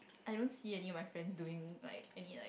I don't see any of my friend doing like any like